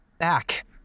back